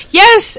yes